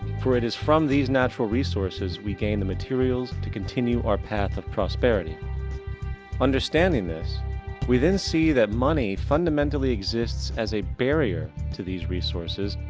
for, it is from these natural resources, we gain the materials to continue our path of prosperity understanding this we then see, that money fundamentally exists as a barrier to these resources,